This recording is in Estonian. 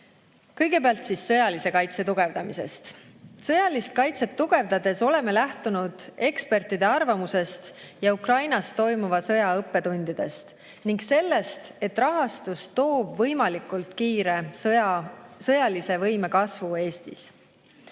kõigepealt sõjalise kaitse tugevdamisest. Sõjalist kaitset tugevdades oleme lähtunud ekspertide arvamusest ja Ukrainas toimuva sõja õppetundidest ning sellest, et rahastus aitab võimalikult kiiresti Eesti sõjalist võimet kasvatada.